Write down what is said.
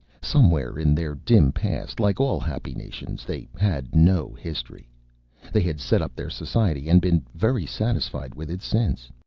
somewhere in their dim past like all happy nations, they had no history they had set up their society and been very satisfied with it since.